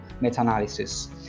meta-analysis